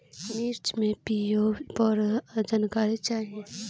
मिर्च मे पी.ओ.पी पर जानकारी चाही?